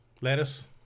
lettuce